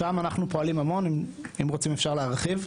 שם אנחנו פועלים המון, אם רוצים אפשר להרחיב.